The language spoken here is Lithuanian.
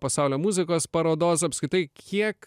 pasaulio muzikos parodos apskritai kiek